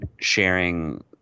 sharing